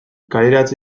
kaleratze